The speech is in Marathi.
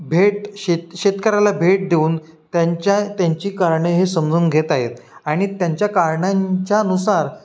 भेट शेत शेतकऱ्याला भेट देऊन त्यांच्या त्यांची कारणे हे समजून घेत आहेत आणि त्यांच्या कारणांच्या नुसार